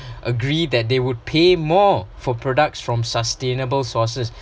agreed that they would pay more for products from sustainable sources